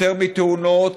יותר מתאונות,